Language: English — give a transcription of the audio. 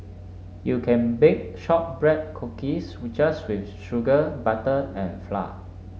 you can bake shortbread cookies we just with sugar butter and flour